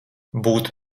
būtu